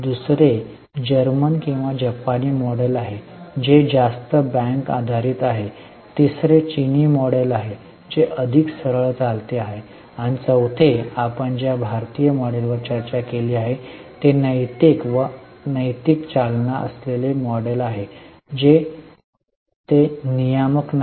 दुसरे जर्मन किंवा जपानी मॉडेल आहे जे जास्त बँक आधारित आहे तिसरे चीनी मॉडेल आहे जे अधिक सरळ चालते आहे चौथे आपण ज्या भारतीय मॉडेलवर चर्चा केली आहे ते नैतिक व नैतिक चालना असलेले मॉडेल आहे जे ते नियामक नाही